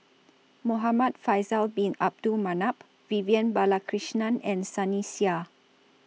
Muhamad Faisal Bin Abdul Manap Vivian Balakrishnan and Sunny Sia